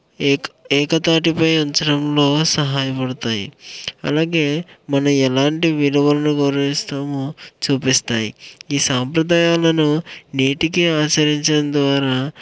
ఏక ఏకదాటిపై ఎంచడంలో సహాయపడతాయి అలాగే మనం ఎలాంటి విలువలను గౌరవిస్తామో చూపిస్తాయి ఈ సాంప్రదాయాలను నేటికీ అనుసరించడం ద్వారా